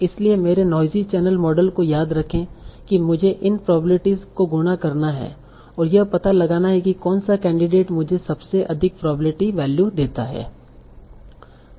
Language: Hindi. इसलिए मेरे नोइजी चैनल मॉडल को याद रखें कि मुझे इन प्रोबेब्लिटीस को गुणा करना है और यह पता लगाना है कि कौन सा कैंडिडेट मुझे सबसे अधिक प्रोबेब्लिटी वैल्यू देता है